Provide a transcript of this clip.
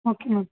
okay ma'am